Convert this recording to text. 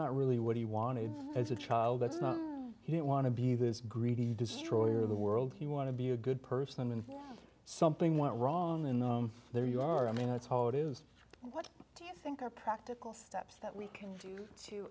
not really what he wanted as a child that's not he didn't want to be this greedy destroyer of the world he want to be a good person and something went wrong in the there you are i mean that's how it is what do you think are practical steps that we can do to